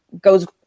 goes